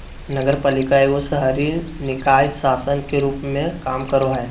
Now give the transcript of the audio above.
नगरपालिका एगो शहरी निकाय शासन के रूप मे काम करो हय